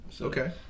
Okay